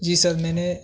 جی sir میں نے